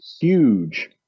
huge